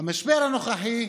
במשבר הנוכחי,